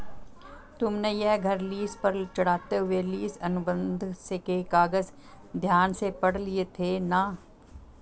तुमने यह घर लीस पर चढ़ाते हुए लीस अनुबंध के कागज ध्यान से पढ़ लिए थे ना?